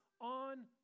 on